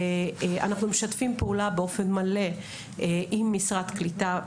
אנחנו משתפים פעולה באופן מלא עם משרד הקליטה,